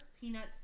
peanuts